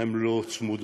הן לא צמודות.